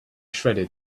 shredded